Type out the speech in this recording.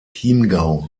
chiemgau